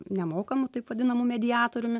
nemokamu taip vadinamu mediatoriumi